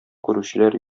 күрүчеләр